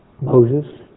Moses